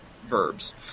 verbs